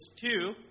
two